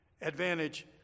advantage